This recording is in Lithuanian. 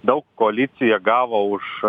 daug koalicija gavo už